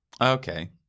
Okay